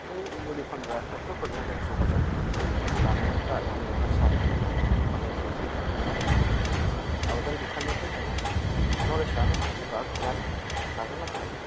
बै मुलि फानग्रा डक्टरफोरजों जों जगा जग लानाया बा एग्रिकालचार आबादारि डिपार्टमेनाव आबादारि बिफाननिफ्राइ जोङो नलेडस बा गियान लाग्रोनो हायो